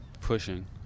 pushing